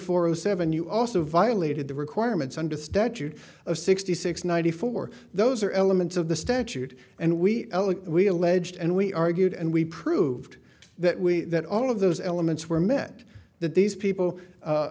four zero seven you also violated the requirements under the statute of sixty six ninety four those are elements of the statute and we we alleged and we argued and we proved that we that all of those elements were meant that these people